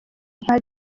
nka